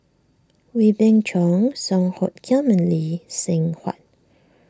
Wee Beng Chong Song Hoot Kiam and Lee Seng Huat